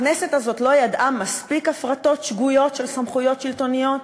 הכנסת הזאת לא ידעה מספיק הפרטות שגויות של סמכויות שלטוניות?